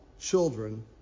children